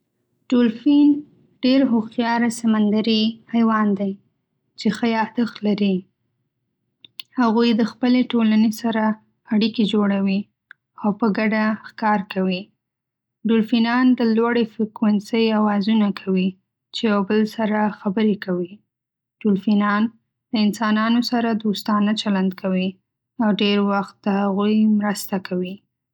ډولفین ډېر هوښیار سمندري حیوان دی چې ښه یادښت لري. هغوی د خپلې ټولنې سره اړیکې جوړوي او په ګډه ښکار کوي. ډولفینان د لوړې فریکونسۍ آوازونه کوي چې یو بل سره خبرې کوي. ډولفینان له انسانانو سره دوستانه چلند کوي او ډېر وخت د هغوی مرسته کوي.